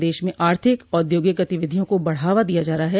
प्रदेश में आर्थिक औद्योगिक गतिविधियों को बढ़ावा दिया जा रहा है